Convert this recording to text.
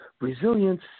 resilience